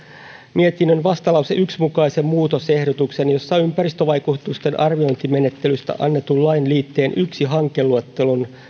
mietinnön vastalauseen yhden mukaisen muutosehdotuksen jossa ympäristövaikutusten arviointimenettelystä annetun lain liitteen yhden hankeluettelon